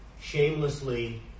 shamelessly